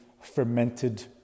Fermented